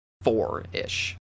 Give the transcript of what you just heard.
four-ish